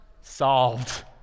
solved